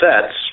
sets